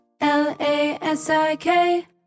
L-A-S-I-K